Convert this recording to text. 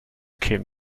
came